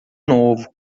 novo